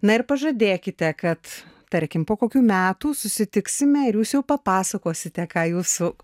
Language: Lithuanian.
na ir pažadėkite kad tarkim po kokių metų susitiksime ir jūs jau papasakosite ką jūsų